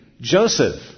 Joseph